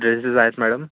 dresses आहेत madam